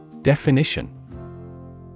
Definition